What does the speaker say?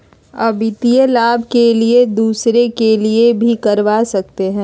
आ वित्तीय लाभ के लिए दूसरे के लिए भी करवा सकते हैं?